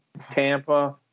Tampa –